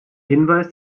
hinweis